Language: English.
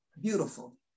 beautiful